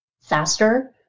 faster